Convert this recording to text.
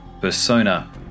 Persona